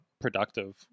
productive